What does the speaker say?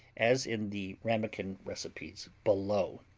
as in the ramekin recipes below.